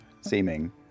Seeming